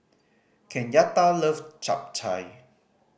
Kenyatta love Japchae